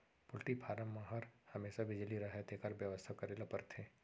poultry farm म हर हमेसा बिजली रहय तेकर बेवस्था करे ल परथे